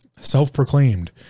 self-proclaimed